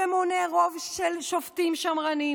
שמונה רוב של שופטים שמרנים,